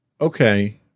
Okay